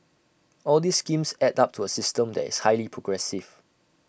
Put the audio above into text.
all these schemes add up to A system that is highly progressive